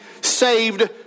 saved